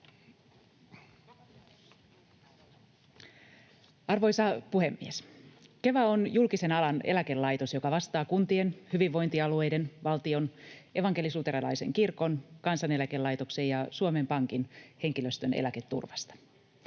Arvoisa puhemies! Keva on julkisen alan eläkelaitos, joka vastaa kuntien, hyvinvointialueiden, valtion, evankelis-luterilaisen kirkon, Kansaneläkelaitoksen ja Suomen Pankin henkilöstön eläketurvasta.